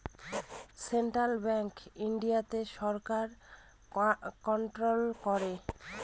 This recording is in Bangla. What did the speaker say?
সেন্ট্রাল ব্যাঙ্ক ইন্ডিয়াতে সরকার কন্ট্রোল করে